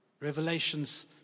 Revelations